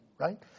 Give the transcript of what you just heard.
right